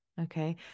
Okay